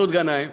מסעוד גנאים,